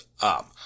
up